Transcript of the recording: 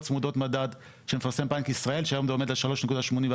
צמודות מדד שמפרסם בנק ישראל שהיום זה עומד על 3.84%,